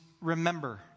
remember